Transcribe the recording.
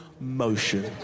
motion